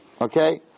Okay